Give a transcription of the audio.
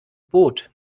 boot